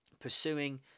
pursuing